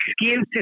excuses